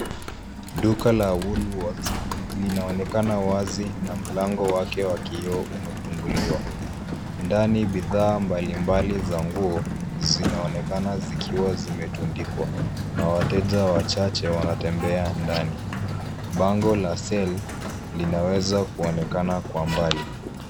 Duka la woolworths linaonekana wazi na mlango wake wa kioo umefunguliwa. Ndani bidhaa mbalimbali za nguo zinaonekana zikiwa zimetundikwa na wateja wachache wanatembea ndani. Bango la sale linaweza kuonekana kwa mbali.